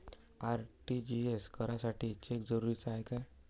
RTGS करासाठी cheque जरुरीचा हाय काय?